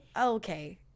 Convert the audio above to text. okay